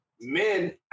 men